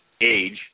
age